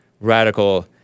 radical